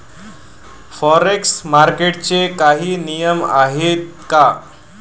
Forex मार्केटचे काही नियम आहेत का?